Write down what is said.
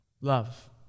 Love